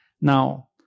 Now